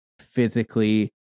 physically